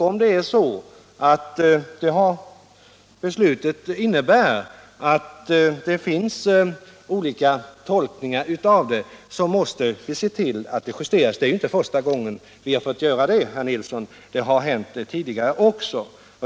Om det är så att beslutet innebär att det kan finnas olika tolkningar av det, måste vi se till att beslutet justeras — det blir i så fall inte första gången vi har fått göra det, herr Nilsson; det har hänt tidigare också.